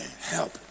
Help